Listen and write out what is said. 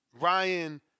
Ryan